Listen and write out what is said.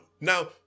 Now